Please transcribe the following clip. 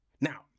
Now